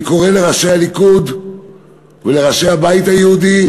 אני קורא לראשי הליכוד ולראשי הבית היהודי,